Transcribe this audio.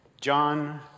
John